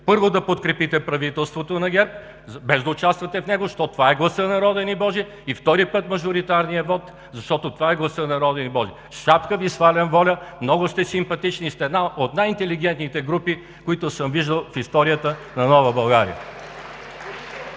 Първо, да подкрепите правителството на ГЕРБ, без да участвате в него, защото това е гласът народен и божи, и втори път – мажоритарния вот, защото това е гласът народен и божи. Шапка Ви свалям, ВОЛЯ! Много сте симпатични и сте една от най-интелигентните групи, които съм виждал в историята на нова България.